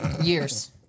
Years